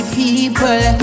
people